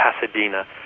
Pasadena